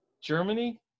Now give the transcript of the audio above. Germany